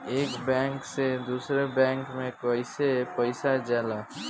एक बैंक से दूसरे बैंक में कैसे पैसा जाला?